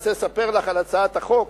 אני רוצה לספר לך על הצעת החוק,